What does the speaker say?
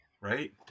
right